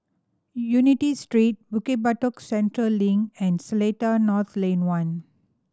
Unity Street Bukit Batok Central Link and Seletar North Lane One